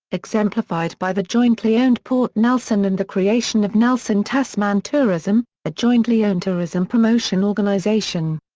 exemplified by the jointly owned port nelson and the creation of nelson tasman tourism a jointly owned tourism promotion organisation.